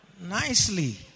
nicely